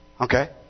Okay